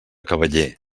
cavaller